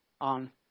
on